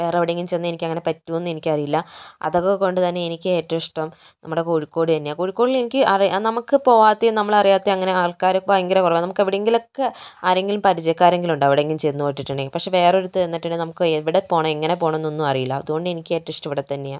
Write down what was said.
വേറെയെവിടെയെങ്കിലും ചെന്ന് എനിക്കങ്ങനെ പറ്റുമോയെന്ന് എനിക്കറിയില്ല അതൊക്കെകൊണ്ട് തന്നെ എനിക്കേറ്റവും ഇഷ്ടം നമ്മുടെ കോഴിക്കോടു തന്നെയാണ് കോഴിക്കോടിലെനിക്ക് നമുക്ക് പോവാത്തതും നമ്മൾ അറിയാത്തതും അങ്ങനെ ആൾക്കാർ ഭയങ്കര കുറവാണ് നമുക്കെവിടെയെങ്കിലുമൊക്കെ ആരെങ്കിലും പരിചയക്കാരെങ്കിലുമുണ്ടാവും എവിടെയെങ്കിലും ചെന്നു പെട്ടിട്ടുണ്ടെങ്കിൽ പക്ഷെ വേറൊരിടത്ത് ചെന്നിട്ടുണ്ടെങ്കിൽ നമുക്ക് എവിടെ പോകണം എങ്ങനെ പോകണമെന്നൊന്നും അറിയില്ല അതുകൊണ്ടെനിക്കേറ്റവും ഇഷ്ടം ഇവിടെത്തന്നെയാണ്